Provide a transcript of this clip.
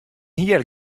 hier